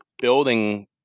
building